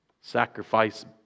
sacrifice